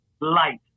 light